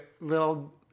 little